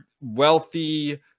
wealthy